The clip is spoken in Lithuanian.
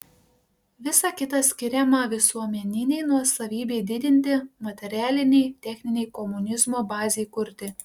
visa kita skiriama visuomeninei nuosavybei didinti materialinei techninei komunizmo bazei kurti